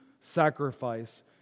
sacrifice